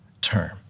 term